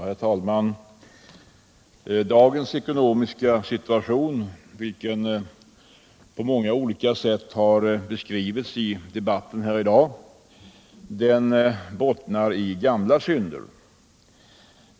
Herr talman! Dagens ekonomiska situation, vilken har beskrivits på många olika sätt i debatten här i dag, bottnar i gamla synder.